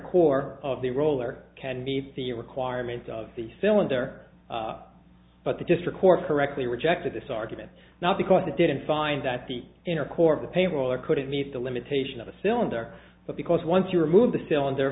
core of the roller can meet the requirements of the cylinder but the district court correctly rejected this argument not because they didn't find that the inner core of the payroll or couldn't meet the limitation of a cylinder but because once you remove the cylinder